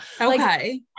Okay